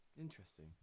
Interesting